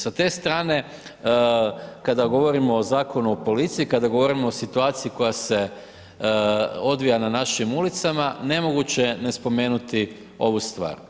Sa te strane kada govorimo o Zakonu o policiji, kada govorimo o situaciji koja se odvija na našim ulicama, nemoguće je nespomenuti ovu stvar.